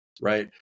right